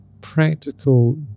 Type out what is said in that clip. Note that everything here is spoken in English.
practical